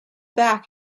back